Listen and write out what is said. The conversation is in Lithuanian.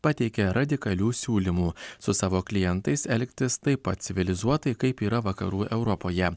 pateikė radikalių siūlymų su savo klientais elgtis taip pat civilizuotai kaip yra vakarų europoje